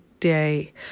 Day